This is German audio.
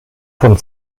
von